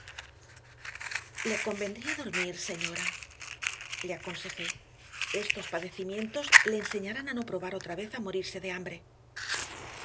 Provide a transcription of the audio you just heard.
le convendría dormir señora le aconsejé estos padecimientos le enseñarán a no probar otra vez a morirse de hambre